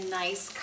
nice